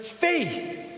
faith